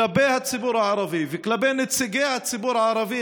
כלפי הציבור הערבי וכלפי נציגי הציבור הערבי,